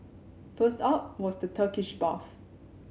first up was the Turkish bath